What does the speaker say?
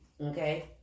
Okay